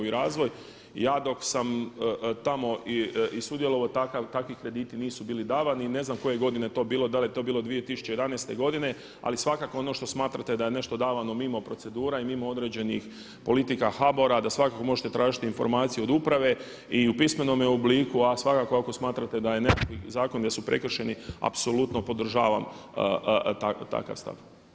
Ja dok sam tamo i sudjelovao, takvi krediti nisu bili davani i ne znam koje godine je to bilo, da li je to bilo 2011. godine ali svakako ono što smatrate da je nešto davano mimo procedura i mimo određenih politika HBOR-a da svakako možete tražiti informaciju od uprave i u pismenome obliku a svakako ako smatrate da je nešto, zakoni da su prekršeni, apsolutno podržavam takav stav.